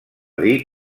dir